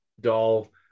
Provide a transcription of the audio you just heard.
doll